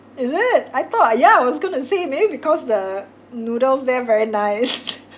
is it I thought ya I was gonna say maybe because the noodles there very nice